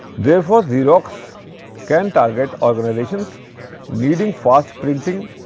therefore, xerox can target organizations needing fast printing,